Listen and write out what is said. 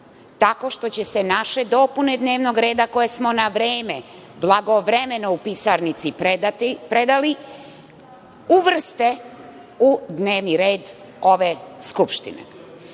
tako što će se naše dopune dnevnog reda koje smo na vreme blagovremeno u pisarnici predali uvrste u dnevni red ove Skupštine.I